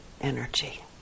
energy